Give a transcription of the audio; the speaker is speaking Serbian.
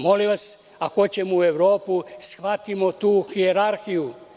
Molim vas, ako hoćemo u Evropu, shvatimo tu hijerarhiju.